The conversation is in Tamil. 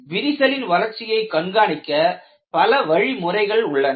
விரிசலின் வளர்ச்சியைக் கண்காணிக்க பல வழிமுறைகள் உள்ளன